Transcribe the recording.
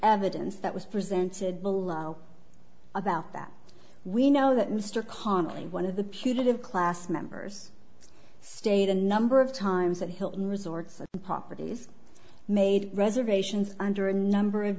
evidence that was presented below about that we know that mr connelly one of the putative class members stayed a number of times at hilton resorts properties made reservations under a number of